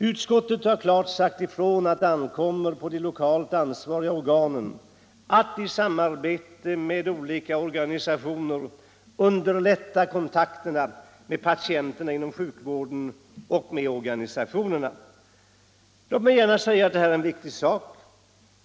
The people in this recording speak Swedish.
Utskottet har klart sagt ifrån att det ankommer på de lokalt ansvariga organen att i samarbete med olika organisationer underlätta kontakterna mellan patienterna inom sjukvården och organisationerna. Jag vill gärna säga att det här är en viktig sak.